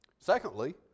Secondly